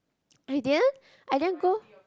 I didn't I didn't go